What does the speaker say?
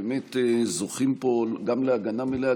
זוכים פה גם להגנה מלאה,